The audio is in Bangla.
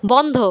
বন্ধ